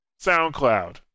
SoundCloud